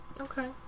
okay